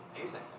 amazing